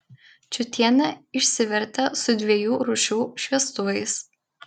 čiutienė išsivertė su dviejų rūšių šviestuvais